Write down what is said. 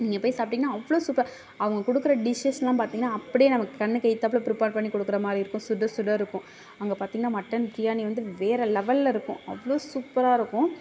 நீங்கள் போய் சாப்பிடிங்ன்னா அவ்வளோ சூப்ப அவங்க கொடுக்கிற டிஸ்செஸ்லாம் பார்த்திங்னா அப்படியே நமக்குக் கண்ணுக்கு எதித்தாப்பில் பிரிப்பேர் பண்ணிக் கொடுக்கிற மாதிரி இருக்கும் சுடசுட இருக்கும் அங்கே பார்த்திங்ன்னா மட்டன் பிரியாணி வந்து வேறு லெவலில் இருக்கும் அவ்வளோ சூப்பராக இருக்கும்